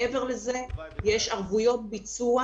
מעבר לזה יש ערבויות ביצוע